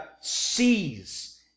sees